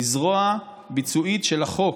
היא זרוע ביצועית של החוק,